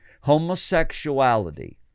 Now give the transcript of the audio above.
Homosexuality